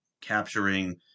capturing